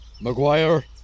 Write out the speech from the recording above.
Maguire